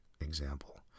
example